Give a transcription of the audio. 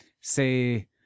say